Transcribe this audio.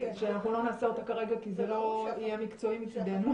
שאנחנו לא נעשה אותה כרגע כי זה לא יהיה מקצועי מצידנו.